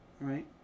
right